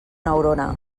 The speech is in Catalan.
neurona